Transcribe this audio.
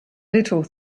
little